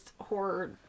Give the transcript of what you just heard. horror